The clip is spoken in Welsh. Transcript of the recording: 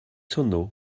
hwnnw